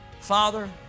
Father